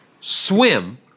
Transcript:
swim